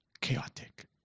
chaotic